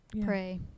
pray